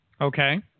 Okay